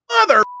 mother